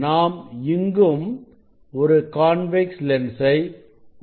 நாம் இங்கும் ஒரு கான்வெக்ஸ் லென்சை உபயோகப்படுத்துகிறோம்